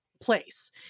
place